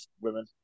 women